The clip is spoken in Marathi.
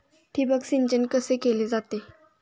ठिबक सिंचन कसे केले जाते?